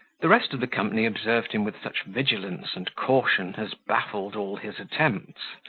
the rest of the company observed him with such vigilance and caution, as baffled all his attempts,